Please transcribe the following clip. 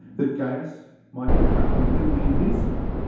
that gaius might become completely invincible.